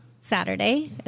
Saturday